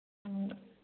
ꯎꯝ